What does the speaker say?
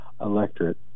electorate